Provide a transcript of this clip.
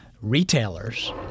retailers